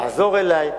יחזור אלי,